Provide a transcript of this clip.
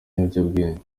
ibiyobyabwenge